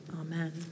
Amen